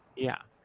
yeah.